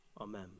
Amen